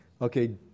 Okay